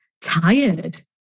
tired